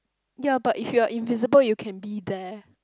ya but if you are invisible you can be there